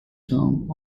term